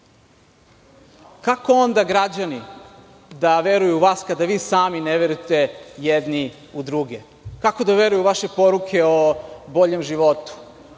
Kako onda građani da veruju u vas kada vi sami ne verujete jedni u druge? Kako da veruju u vaše poruke o boljem životu?